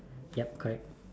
yup correct